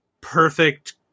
perfect